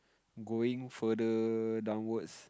going further downwards